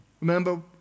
remember